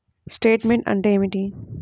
Statement అంటే ఏమిటి?